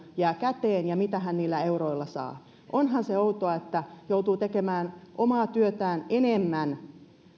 jää käteen ja mitä hän niillä euroilla saa niin onhan se outoa että joutuu tekemään omaa työtään enemmän